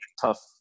tough